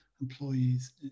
employees